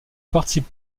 participe